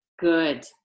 Good